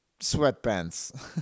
sweatpants